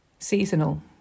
seasonal